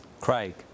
Craig